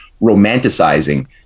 romanticizing